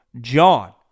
John